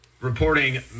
Reporting